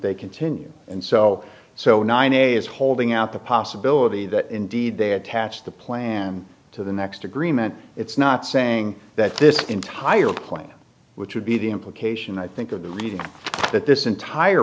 they continue and so so nine is holding out the possibility that indeed they attached the plan to the next agreement it's not saying that this entire point which would be the implication i think of believing that this entire